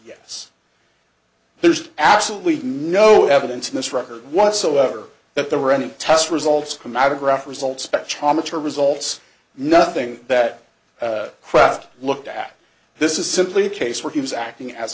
yes there's absolutely no evidence in this record whatsoever that there were any test results come out of graph results spectrometer results nothing that looked at this is simply a case where he was acting as